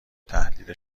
تحلیل